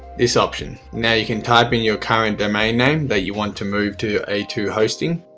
this option now you can type in your current domain name that you want to move to a two hosting